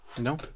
No